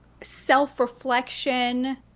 self-reflection